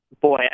Boy